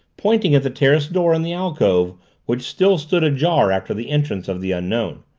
pointing at the terrace door in the alcove which still stood ajar after the entrance of the unknown.